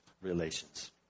relations